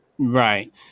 Right